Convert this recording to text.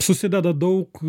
susideda daug